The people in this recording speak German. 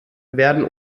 werden